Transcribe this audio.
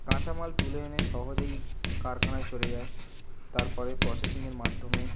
কাঁচামাল তুলে এনে সহজেই কারখানায় চলে যায় তারপরে প্রসেসিংয়ের মাধ্যমে